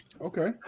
Okay